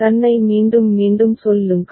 தன்னை மீண்டும் மீண்டும் சொல்லுங்கள்